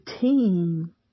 team